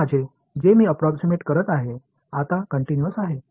तर माझे फंक्शन जे मी अप्रॉक्सिमेट करत आहे आता कंटिन्यूअस आहे